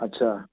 আচ্ছা